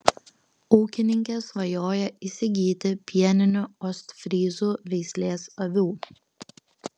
ūkininkė svajoja įsigyti pieninių ostfryzų veislės avių